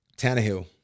Tannehill